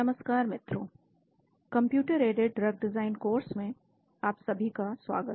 नमस्कार मित्रों computer aided drug design course में आपका सभी का स्वागत है